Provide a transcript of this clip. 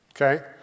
okay